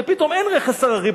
ופתאום אין רכס הררי,